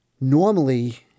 Normally